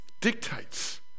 dictates